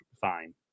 fine